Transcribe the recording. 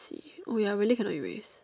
oh ya really can not erase